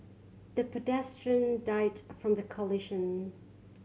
the pedestrian died from the collision